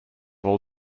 all